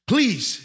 Please